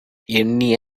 எண்ணிய